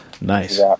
Nice